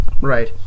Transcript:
Right